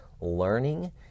learning